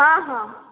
ହଁ ହଁ